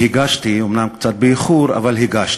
והגשתי, אומנם קצת באיחור אבל הגשתי.